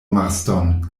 marston